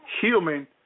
Human